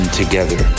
together